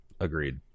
agreed